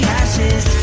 ashes